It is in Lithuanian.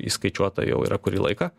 įskaičiuota jau yra kurį laiką